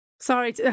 Sorry